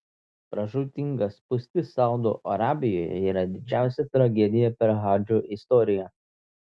pražūtinga spūstis saudo arabijoje yra didžiausia tragedija per hadžo istoriją